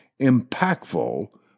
impactful